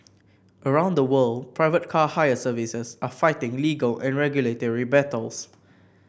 around the world private car hire services are fighting legal and regulatory battles